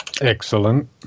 Excellent